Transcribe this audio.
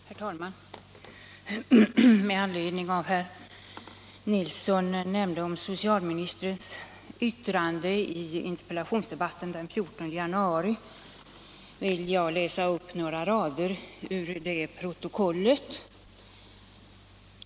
Herr talman! Med anledning av det som nämndes av herr Nilsson i Kristianstad om socialministerns yttrande i interpellationsdebatten den 14 januari vill jag läsa upp några rader ur det protokollet.